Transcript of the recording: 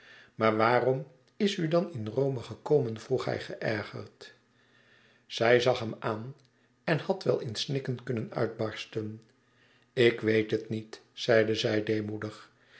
maar waarom is u dan in rome gekomen vroeg hij geërgerd zij zag hem aan en had wel in snikken kunnen uitbarsten ik weet het niet zeide zij deêmoedig ik